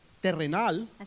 terrenal